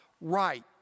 right